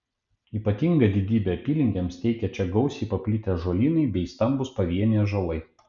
ypatingą didybę apylinkėms teikia gausiai čia paplitę ąžuolynai bei stambūs pavieniai ąžuolai